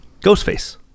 Ghostface